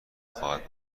خواهد